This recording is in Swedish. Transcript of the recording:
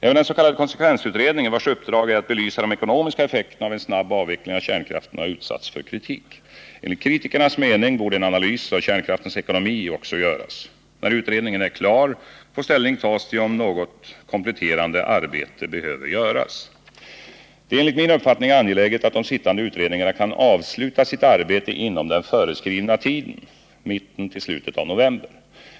Även den s.k. konsekvensutredningen, vars uppdrag är att belysa de ekonomiska effekterna av en snabb avveckling av kärnkraften, har utsatts för kritik. Enligt kritikernas mening borde en analys av kärnkraftens ekonomi också göras. När utredningen är klar, får ställning tas till om något kompletterande arbete behöver göras. Det är enligt min uppfattning angeläget att de sittande utredningarna kan avsluta sitt arbete inom den föreskrivna tiden, mitten till slutet av november.